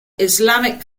islamic